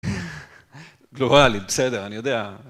גלובלית, בסדר, אני יודע.